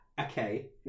okay